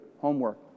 homework